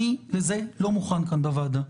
אני לזה לא מוכן כאן בוועדה.